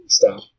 stop